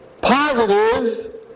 Positive